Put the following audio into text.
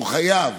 הוא חייב